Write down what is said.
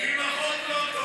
אם החוק לא טוב.